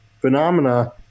phenomena